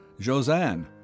Josanne